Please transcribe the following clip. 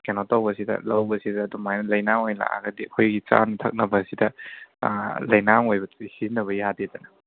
ꯀꯩꯅꯣ ꯇꯧꯕꯁꯤꯗ ꯂꯧꯕꯁꯤꯗ ꯑꯗꯨꯃꯥꯏꯅ ꯂꯩꯅꯥꯡ ꯑꯣꯏꯅ ꯂꯥꯛꯂꯒꯗꯤ ꯑꯩꯈꯣꯏꯒꯤ ꯆꯥꯅ ꯊꯛꯅꯕꯁꯤꯗ ꯂꯩꯅꯥꯡ ꯑꯣꯏꯕꯗꯤ ꯁꯤꯖꯤꯟꯅꯕ ꯌꯥꯗꯦꯗꯅ